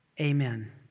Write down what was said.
Amen